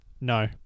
No